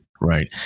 right